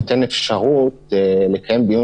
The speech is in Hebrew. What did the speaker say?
מציג כל מיני מקרים בהם אפשר להגיע לוועדה